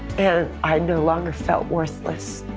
and i no longer felt worthless.